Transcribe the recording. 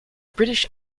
british